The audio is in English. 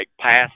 pass